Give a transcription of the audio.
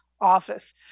office